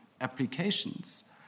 applications